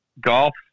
golf